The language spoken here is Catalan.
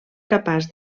capaç